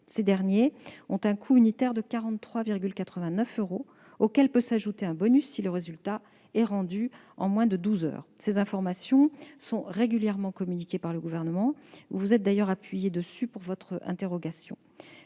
Ces derniers ont un coût unitaire de 43,89 euros, auquel peut s'ajouter un bonus si le résultat est rendu en moins de douze heures. Ces informations sont régulièrement communiquées par le Gouvernement ; vous vous êtes d'ailleurs appuyé sur elles pour formuler votre question.